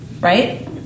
Right